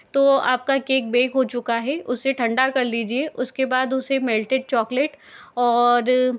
तो आपका cake bake हो चूका है उसे ठंडा कर लीजिए उसके बाद उसे मेल्टेड चॉकलेट और